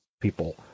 people